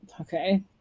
Okay